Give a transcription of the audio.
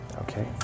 Okay